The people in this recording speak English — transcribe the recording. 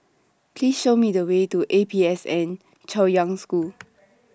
Please Show Me The Way to A P S N Chaoyang School